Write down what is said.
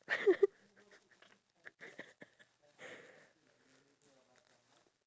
and we didn't even finish because we were like oh my god we gonna have this this that